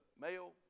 male